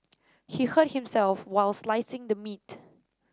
he hurt himself while slicing the meat